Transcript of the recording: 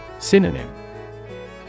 Synonym